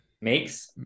Makes